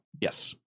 Yes